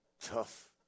tough